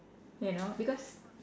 you know because